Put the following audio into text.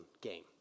game